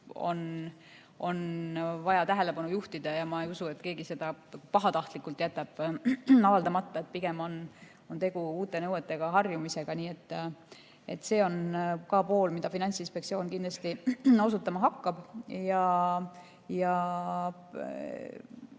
on vaja tähelepanu juhtida, ja ma ei usu, et keegi pahatahtlikult jätab midagi avaldamata, pigem on tegu uute nõuetega harjumisega. Nii et see on miski, mida Finantsinspektsioon kindlasti tegema hakkab ja